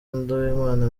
nduwimana